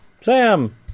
Sam